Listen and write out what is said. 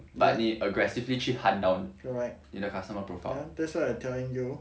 yes correct that's why I'm telling you